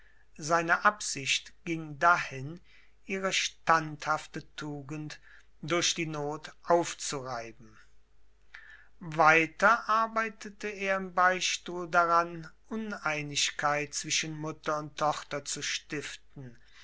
seine absicht ging dahin ihre standhafte tugend durch die not aufzureiben weiter arbeitete er im beichtstuhl daran uneinigkeit zwischen mutter und tochter zu stiften